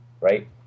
Right